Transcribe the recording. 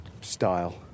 style